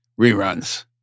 reruns